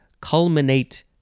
culminate